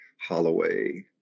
Holloway